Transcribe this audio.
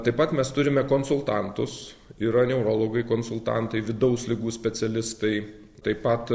taip pat mes turime konsultantus yra neurologai konsultantai vidaus ligų specialistai taip pat